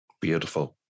Beautiful